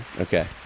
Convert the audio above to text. Okay